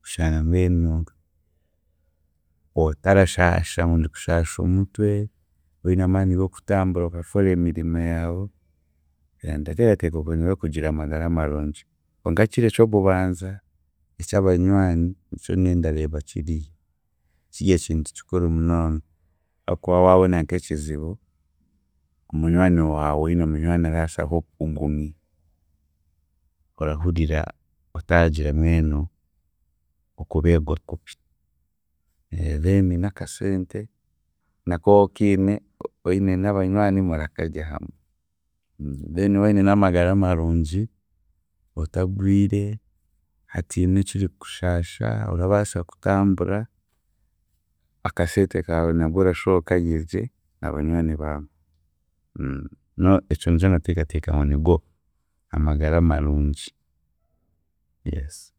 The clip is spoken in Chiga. kushanga mbwenu otarashaaha, ngu kushaaha omutwe, oine amaani g'okutambura okakora emirimo yaawe, ndateekateeka okwe nikwe kugira amagara marungi. Konka kiri eky'okubanza eky'abanywani nikyo nyowe ndareeba kiri kirye ekintu kikuru munonga, ahaakuba waabona nk'ekizibu ogu munywani waawe woine munywani araasa nk'okukugumya. Orahurira otaagira mbwenu okubeerwa kubi. Then n'akaseete nako w'okiine oine n'abanywani murakarya hamwe then woine n'amagara marungi, otagwire, hatiine ekirikukushaasha, orabaasa kutambura, akaseete kaawe nabwe orashuba okarye gye na banywani baawe, ekyo nikyo ndateekateeka ngu nigo, amagara marungi, yes